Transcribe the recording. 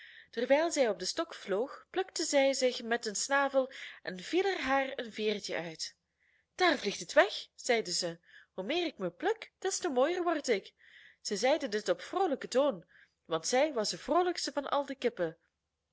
terwijl zij op den stok vloog plukte zij zich met den snavel en viel er haar een veertje uit daar vliegt het weg zeide zij hoe meer ik mij pluk des te mooier word ik zij zeide dit op vroolijken toon want zij was de vroolijkste van al de kippen